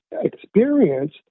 experience